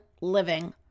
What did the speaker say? living